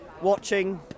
watching